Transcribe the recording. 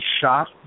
shot